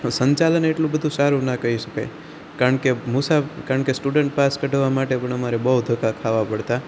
સંચાલન એટલું બધુ સારું ના કહી શકાય કારણ કે મુસા કારણ કે સ્ટુડન્ટ પાસ કઢાવવા માટે પણ અમારે બહુ ધક્કા ખાવાં પડતાં